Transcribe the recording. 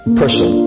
person